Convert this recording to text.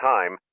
Time